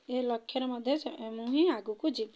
ଏ ଲକ୍ଷ୍ୟରେ ମଧ୍ୟ ମୁଁ ହିଁ ଆଗକୁ ଯିବି